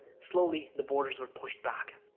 slowly, the borders were pushed back.